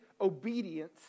obedience